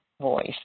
voice